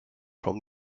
from